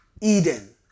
Eden